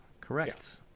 Correct